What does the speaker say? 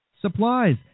supplies